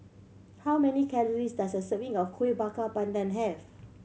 how many calories does a serving of Kuih Bakar Pandan have